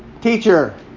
Teacher